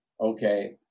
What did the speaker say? okay